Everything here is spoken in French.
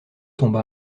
tomba